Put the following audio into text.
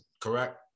correct